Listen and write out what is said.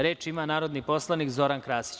Reč ima narodni poslanik Zoran Krasić.